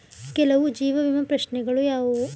ಕೆಲವು ಜೀವ ವಿಮಾ ಪ್ರಶ್ನೆಗಳು ಯಾವುವು?